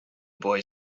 boy